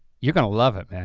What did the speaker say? you're gonna love it, man.